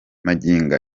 magingo